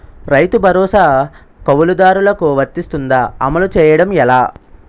రైతు భరోసా కవులుదారులకు వర్తిస్తుందా? అమలు చేయడం ఎలా